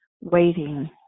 waiting